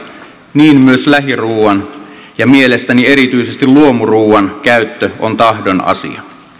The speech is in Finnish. niin myös lähiruuan ja mielestäni erityisesti luomuruuan käyttö on tahdon asia